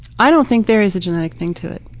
i don't think there is a genetic thing to it.